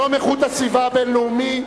יום איכות הסביבה הבין-לאומי.